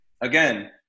again